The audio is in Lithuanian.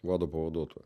vado pavaduotojo